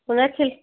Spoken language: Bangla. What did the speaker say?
ওনার ছেলে